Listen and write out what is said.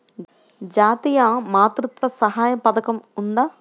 జాతీయ మాతృత్వ సహాయ పథకం ఉందా?